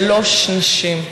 שלוש נשים.